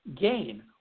gain